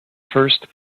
first